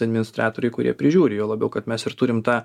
administratoriai kurie prižiūri juo labiau kad mes ir turim tą